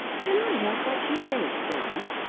can i help what she thinks, john?